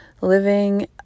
living